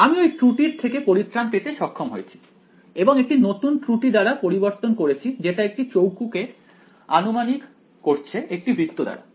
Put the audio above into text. আমি ওই ত্রুটির থেকে পরিত্রান পেতে সক্ষম হয়েছি এবং একটি নতুন ত্রুটি দ্বারা পরিবর্তন করেছি যেটা একটি চৌকো কে আনুমানিক করছে একটি বৃত্ত দ্বারা